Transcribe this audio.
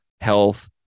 health